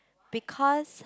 because